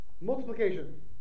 Multiplication